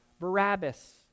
Barabbas